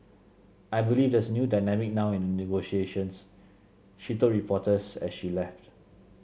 I believe there's a new dynamic now in the negotiations she told reporters as she left